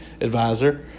advisor